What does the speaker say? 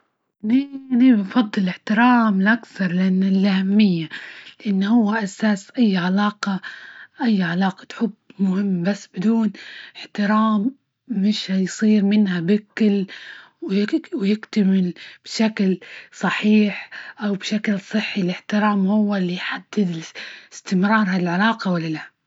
ليه- ليه بنفضل الأحترام لأكثر؟ لأن الأهمية، لأن هو أساس أي علاقة، أي علاقة حب مهم بس بدون احترام مش هيصير منها بكل ويكي ويكتمل بشكل صحيح أو بشكل صحي، الاحترام هوه ال يحدد استمرار هذى العلاقة ولا لأ.